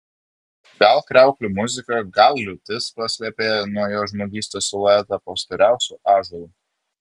gal kriauklių muzika gal liūtis paslėpė nuo jo žmogystos siluetą po storiausiu ąžuolu